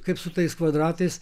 kaip su tais kvadratais